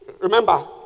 Remember